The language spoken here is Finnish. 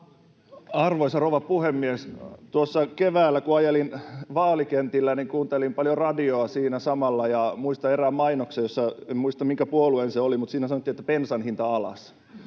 Arvoisa rouva puhemies! Tuossa keväällä, kun ajelin vaalikentillä, kuuntelin paljon radiota siinä samalla, ja muistan erään mainoksen — en muista, minkä puolueen se oli — mutta siinä sanottiin, että bensan hinta alas.